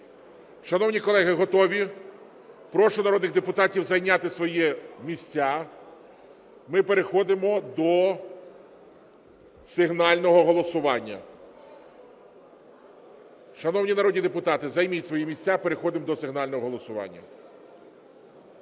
Шановні колеги, готові? Прошу народних депутатів зайняти свої місця, ми переходимо до сигнального голосування. Шановні народні депутати, займіть свої місця, переходимо до сигнального голосування.